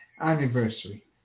anniversary